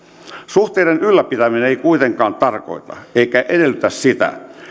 suhteiden ylläpitäminen ei kuitenkaan tarkoita eikä edellytä sitä